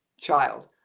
child